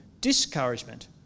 discouragement